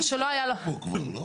פה כבר, לא?